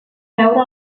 veure